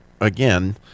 again